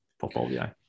portfolio